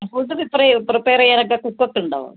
food prepare ചെയ്യാനൊക്കെ food court ഉണ്ടോ